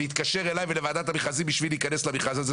ויתקשר אלי ולוועדת המכרזים בשביל להיכנס למכרז הזה.